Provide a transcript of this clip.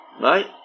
right